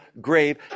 grave